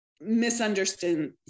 misunderstand